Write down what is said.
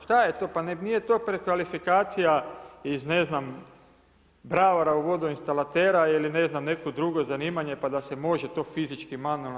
Šta je to, pa nije to prekvalifikacija iz ne znam, bravara u vodoinstalatera ili ne znam neko drugo zanimanje pa da se može to fizički manualno